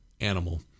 animal